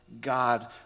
God